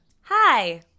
Hi